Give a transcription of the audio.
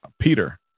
Peter